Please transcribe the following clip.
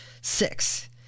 Six